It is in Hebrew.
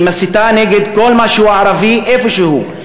שמסיתה נגד כל מה שהוא ערבי איפשהו,